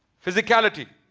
physicality,